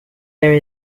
there